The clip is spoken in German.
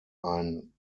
ein